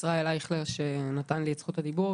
ישראל אייכלר, שנתן לי את זכות הדיבור.